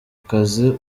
kazi